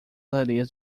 areias